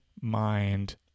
mind